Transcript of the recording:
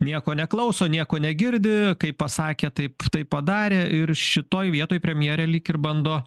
nieko neklauso nieko negirdi kaip pasakė taip taip padarė ir šitoj vietoj premjerė lyg ir bando